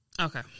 Okay